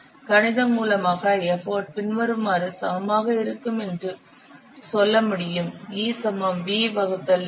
கணிதம் மூலமாக எஃபர்ட் பின்வருமாறு சமமாக இருக்கும் என்று சொல்ல முடியும் E V L